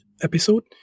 episode